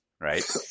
right